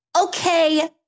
Okay